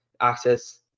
Access